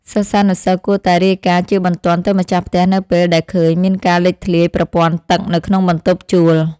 សិស្សានុសិស្សគួរតែរាយការណ៍ជាបន្ទាន់ទៅម្ចាស់ផ្ទះនៅពេលដែលឃើញមានការលេចធ្លាយប្រព័ន្ធទឹកនៅក្នុងបន្ទប់ជួល។